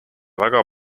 väga